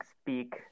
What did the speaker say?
speak